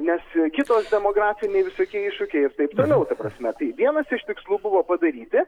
nes kitos demografiniai visokie iššūkiai ir taip toliau ta prasme tai vienas iš tikslų buvo padaryti